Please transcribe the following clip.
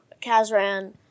Kazran